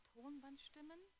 Tonbandstimmen